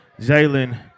Jalen